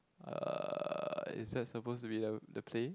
uh is that supposed to be the the play